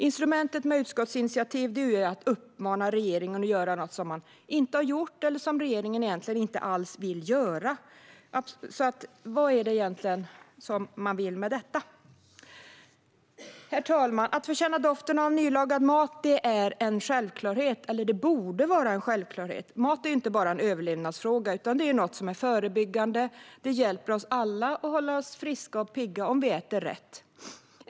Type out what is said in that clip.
Instrumentet utskottsinitiativ innebär att uppmana regeringen att göra något som man inte har gjort eller som man egentligen inte alls vill göra. Vad är det de borgerliga ledamöterna vill med detta? Herr talman! Att få känna doften av nylagad mat är en självklarhet - det borde vara en självklarhet. Mat är inte bara en överlevnadsfråga, utan det är något som är förebyggande. Den hjälper oss alla att hålla oss friska och pigga om vi äter rätt.